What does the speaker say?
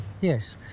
yes